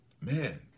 man